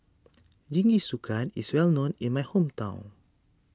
Jingisukan is well known in my hometown